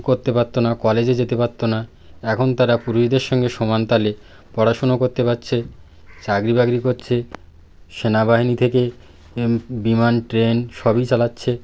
করতে পারত না কলেজে যেতে পারত না এখন তারা পুরুষদের সঙ্গে সমানতালে পড়াশুনো করতে পারছে চাকরি বাকরি করছে সেনাবাহিনী থেকে বিমান ট্রেন সবই চালাচ্ছে